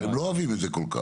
אגב, הם לא אוהבים את זה כל כך.